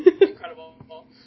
Incredible